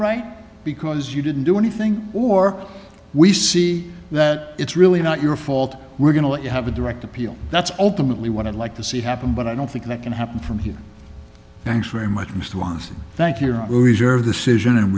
right because you didn't do anything or we see that it's really not your fault we're going to let you have a direct appeal that's ultimately what i'd like to see happen but i don't think that can happen from here thanks very much mr wise thank you reserve the situation and